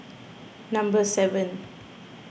number seven